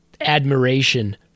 admiration